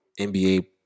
NBA